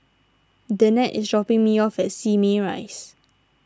Danette is dropping me off at Simei Rise